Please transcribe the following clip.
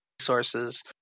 sources